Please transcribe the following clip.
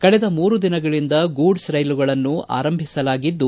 ಕಳೆದ ಮೂರು ದಿನಗಳಿಂದ ಗೂಡ್ ರೈಲ್ವೆಗಳನ್ನು ಆರಂಭಿಸಲಾಗಿದ್ದು